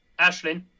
Ashlyn